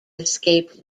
escaped